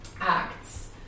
acts